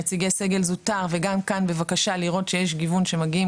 נציגי סגל זוטר וגם כאן בבקשה לראות שיש גיוון שמגיעים